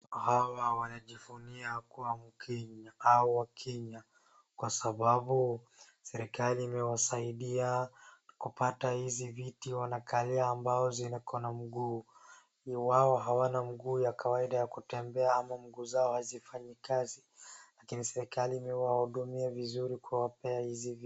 Hawa wanajivunia kuwa mkenya au wakenya kwa sababu serikali imewasaidia kupata hizi viti wanakalia ambao zikona mguu juu wao hawana mguu ya kawaida ya kutembea ama mguu zao hazifanyi kazi lakini serikali imewahudumia vizuri kuwapea hizi viti.